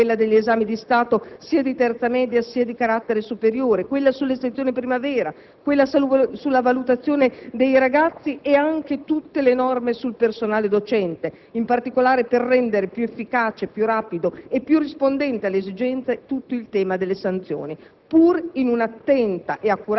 norme utili: quella sul tempo pieno; quella sugli esami di Stato, sia di terza media sia di carattere superiore; quella sulle sezioni primavera; quella sulla valutazione dei ragazzi; quelle sul personale docente, in particolare per rendere più efficace, rapido e rispondente alle esigenze tutto il